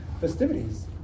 festivities